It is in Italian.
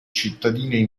cittadini